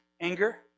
anger